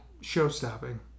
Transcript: show-stopping